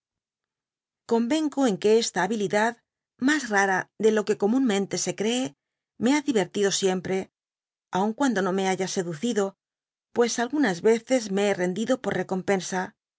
derrota convengo en que esta habihdad mas rara de lo que comunmente se cree me ha divertido siempre aun cuando no me haya seducido pues algunas teces me he rendido por recompensa